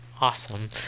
awesome